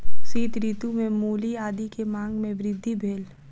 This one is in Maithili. शीत ऋतू में मूली आदी के मांग में वृद्धि भेल